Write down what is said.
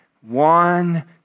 One